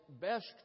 best